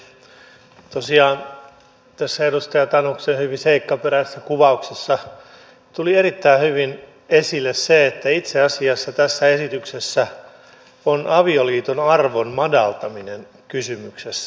tosiaan tässä edustaja tanuksen hyvin seikkaperäisessä kuvauksessa tuli erittäin hyvin esille se että itse asiassa tässä esityksessä on avioliiton arvon madaltaminen kysymyksessä